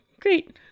great